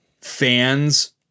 fans